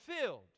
filled